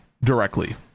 directly